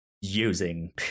using